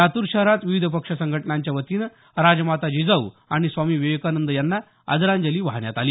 लातूर शहरात विविध पक्ष संघटनांच्या वतीनं राजमाता जिजाऊ आणि स्वामी विवेकानंद यांना आदरांजली वाहण्यात आली